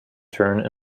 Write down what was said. turn